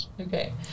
Okay